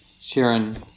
Sharon